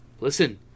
Listen